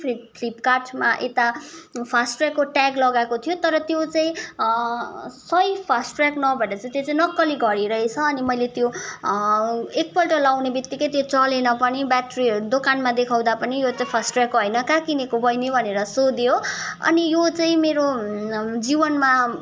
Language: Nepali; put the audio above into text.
फ्लिप फ्लिपकार्डमा एउटा फास्टट्रयाक्टको ट्याग लगाएको थियो तर त्यो चाहिँ हँ सही फास्टट्र्याक नभएर चाहिँ त्यो चाहिँ नक्कली घडी रहेछ अनि मैले त्यो एकपल्ट लाउनेबितिक्कै त्यो चलेन पनि ब्याट्रीहरू दोकानमा देखाउँदा पनि यो त फास्टट्र्याकको हैन कहाँ किनेको बैनी भनेर सोध्यो अनि यो चाहिँ मेरो जीवनमा